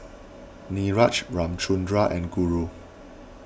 Niraj Ramchundra and Guru